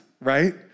right